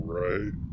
right